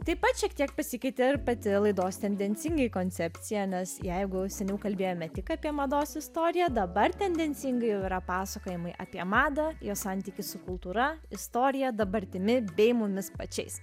taip pat šiek tiek pasikeitė ir pati laidos tendencingai koncepcija nes jeigu seniau kalbėjome tik apie mados istoriją dabar tendencingai jau yra pasakojimai apie madą jos santykį su kultūra istorija dabartimi bei mumis pačiais